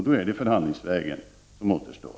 Då är det förhandlingsvägen som återstår.